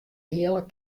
heale